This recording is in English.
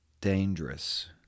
dangerous